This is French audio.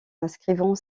inscrivant